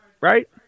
right